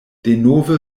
denove